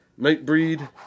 Nightbreed